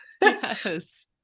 yes